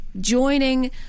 Joining